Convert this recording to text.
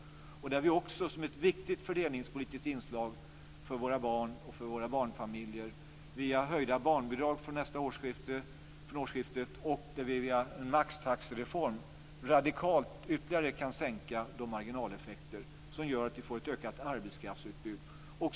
Som ett viktigt fördelningspolitiskt inslag för våra barn och våra barnfamiljer kan vi också via höjda barnbidrag från årsskiftet och via en maxtaxereform ytterligare radikalt sänka de marginaleffekter som gör att vi får ett ökat arbetskraftsutbud.